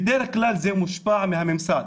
בדרך כלל זה מושפע מהממסד.